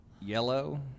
yellow